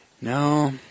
No